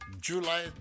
July